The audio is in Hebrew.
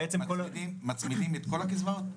מצמידים את כל הקצבאות?